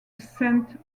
saint